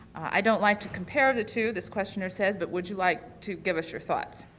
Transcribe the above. i don't like to compare the two, this questioner says, but would you like to give us your thoughts?